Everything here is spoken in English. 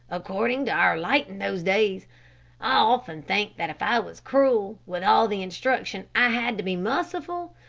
according to our light in those days. i often think that if i was cruel, with all the instruction i had to be merciful,